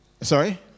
Sorry